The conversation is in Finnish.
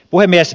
puhemies